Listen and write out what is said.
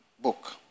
book